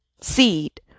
seed